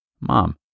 Mom